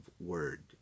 word